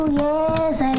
yes